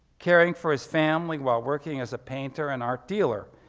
caring for his family while working as a painter and art dealer.